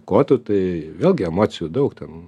kotu tai vėlgi emocijų daug ten